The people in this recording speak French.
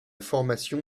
formation